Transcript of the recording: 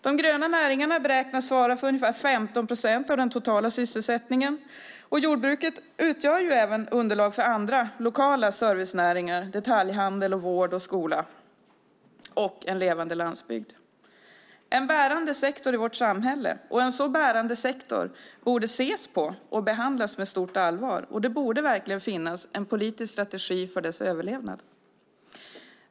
De gröna näringarna beräknas svara för 15 procent av den totala sysselsättningen, och jordbruket utgör underlag för lokala servicenäringar som detaljhandel, vård och skola och en levande landsbygd. En så bärande sektor i vårt samhälle borde ses på och behandlas med stort allvar, och det borde verkligen finnas en politisk strategi för dess överlevnad.